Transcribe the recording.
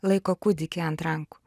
laiko kūdikį ant rankų